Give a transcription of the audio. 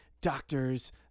doctors